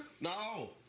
no